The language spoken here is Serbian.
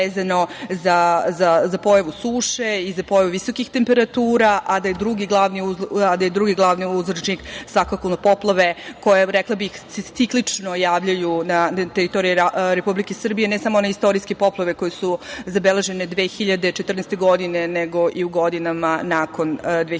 za pojavu suše i za pojavu visokih temperatura, a da su drugi glavni uzročnik svakako poplave koje, rekla bih, se ciklično javljaju na teritoriji Republike Srbije. Ne samo one istorijske poplave koje su zabeležene 2014. godine, nego i u godinama nakon 2014.